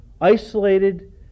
Isolated